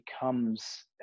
becomes